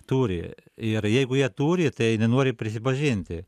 turi ir jeigu jie turi tai nenori prisipažinti